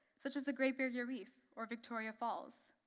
such as the great barrier reef or victoria falls.